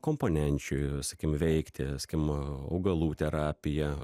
komponenčių sakim veikti skim augalų terapija